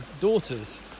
daughters